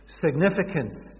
significance